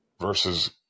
versus